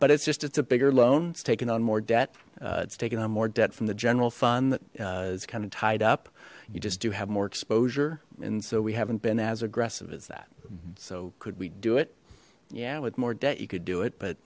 but it's just it's a bigger loan it's taken on more debt it's taking on more debt from the general fund that is kind of tied up you just do have more exposure and so we haven't been as aggressive as that so could we do it yeah with more debt you could do it but